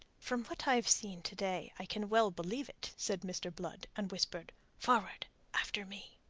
from what i've seen to-day i can well believe it, said mr. blood, and whispered forward after me.